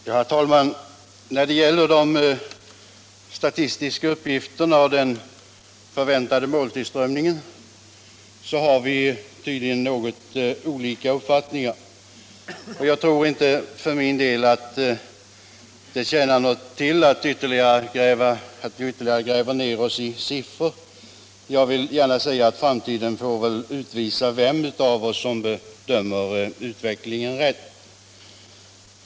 Herr talman! När det gäller de statistiska uppgifterna och den förväntade måltillströmningen har vi tydligen något olika uppfattningar. Jag tror inte att det tjänar någonting till att vi ytterligare gräver ner oss i siffror — framtiden får väl utvisa vem av oss som bedömer utvecklingen rätt.